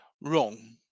wrong